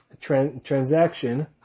transaction